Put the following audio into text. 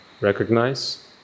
recognize